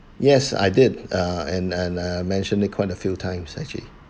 yes I did uh and and I mentioned it quite a few times actually